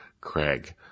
Craig